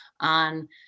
on